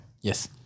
Yes